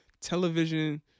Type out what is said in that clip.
television